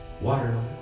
water